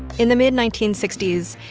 in the mid nineteen sixty s,